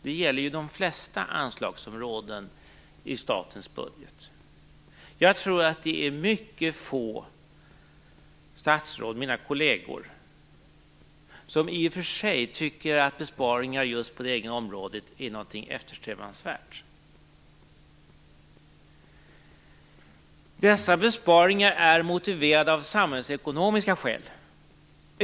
Det gäller de flesta anslagsområden i statens budget. Jag tror att mycket få av mina kolleger bland statsråden tycker att besparingar just på det egna området är någonting eftersträvansvärt. Dessa besparingar är motiverade av samhällsekonomiska skäl.